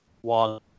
one